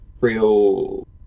real